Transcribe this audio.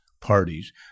parties